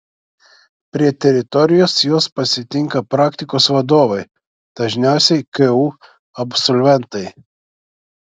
prie teritorijos juos pasitinka praktikos vadovai dažniausiai ku absolventai